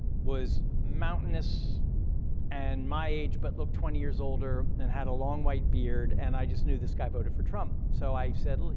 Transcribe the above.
was mountainous and my age, but looked twenty years older, and had a long white beard, and i just knew this guy voted for trump. so i said, like